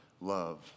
love